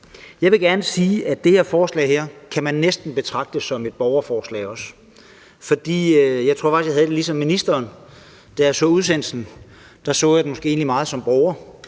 Jeg vil gerne sige, at det her forslag kan man også næsten betragte som et borgerforslag. For jeg tror faktisk, at jeg havde det ligesom ministeren, da jeg så udsendelsen; der så jeg den måske egentlig meget som borger